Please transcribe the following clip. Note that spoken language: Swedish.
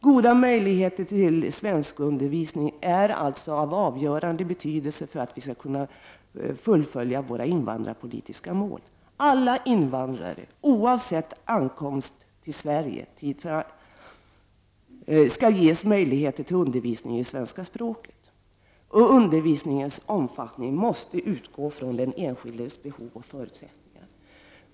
Goda möjligheter till svenskundervisning är av avgörande betydelse för att vi skall kunna fullfölja våra invandrarpolitiska mål. Alla invandrare, oavsett tiden för ankomst till Sverige, skall ges möjligheter till undervisning i svenska språket. Undervisningens omfattning måste utgå från den enskildes behov och förutsättningar.